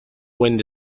wind